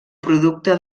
producte